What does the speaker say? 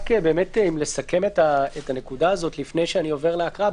אם לסכם את הנקודה הזאת לפני שאני עובר להקראה,